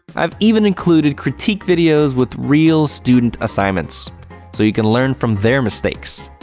i've even included critique videos with real student assignments so you can learn from their mistakes.